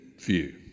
view